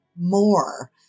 more